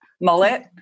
Mullet